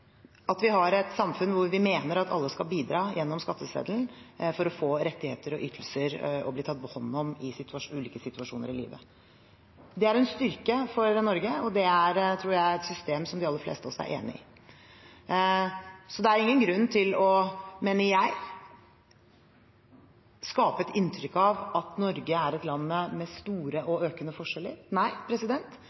at vi har et samfunn hvor vi mener at alle skal bidra gjennom skatteseddelen for å få rettigheter og ytelser og bli tatt hånd om i ulike situasjoner i livet. Det er en styrke for Norge, og det er, tror jeg, et system som de aller fleste av oss er enig i. Så det er ingen grunn til, mener jeg, å skape et inntrykk av at Norge er et land med store og økende forskjeller. Nei,